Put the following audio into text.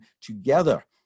together